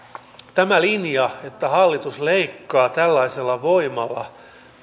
tämä linja että hallitus leikkaa tällaisella voimalla